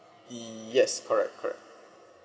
yes correct correct